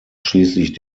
schließlich